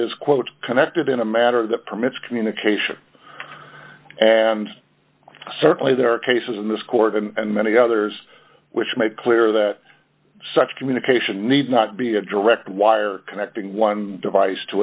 is quote connected in a matter that permits communication and certainly there are cases in this court and many others which make clear that such communication need not be a direct wire connecting one device to